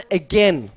again